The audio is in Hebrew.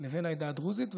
לבין העדה הדרוזית,